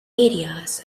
areas